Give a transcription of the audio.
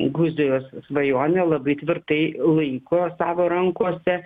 gruzijos svajonė labai tvirtai laiko savo rankose